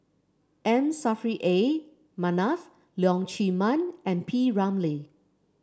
M Saffri A Manaf Leong Chee Mun and P Ramlee